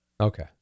Okay